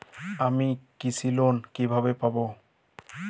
আমি কৃষি লোন কিভাবে পাবো?